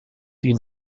die